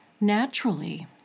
naturally